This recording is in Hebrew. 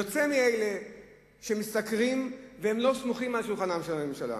יוצא מאלה שמשתכרים והם לא סמוכים על שולחנה של הממשלה.